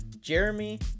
Jeremy